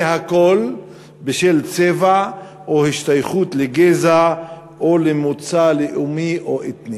והכול בשל צבע או השתייכות לגזע או למוצא לאומי-אתני".